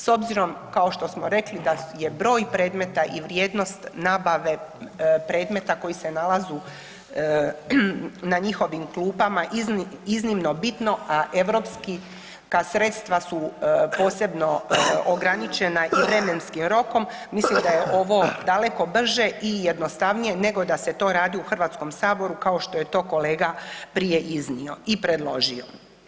S obzirom kao što smo rekli da je broj predmeta i vrijednost nabave predmeta koji se nalazu na njihovim klupama iznimno bitno, a europska sredstva su posebno ograničena i vremenskim rokom, mislim da je ovo daleko brže i jednostavnije nego da se to radi u HS-u kao što je to kolega prije iznio i predložio.